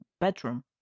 bedroom